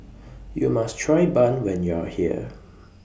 YOU must Try Bun when YOU Are here